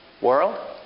world